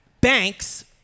banks